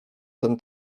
ten